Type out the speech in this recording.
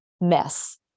mess